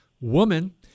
woman